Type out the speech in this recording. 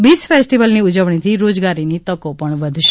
બીય ફેસ્ટીવલની ઉજવણીથી રોજગારીની તકો વધશે